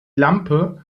lampe